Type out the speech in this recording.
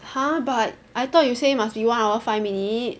!huh! but I thought you say must be one hour five minute